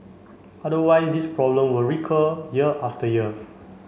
otherwise this problem will recur year after year